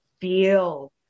feel